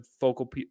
focal